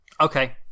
Okay